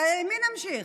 במי נמשיך?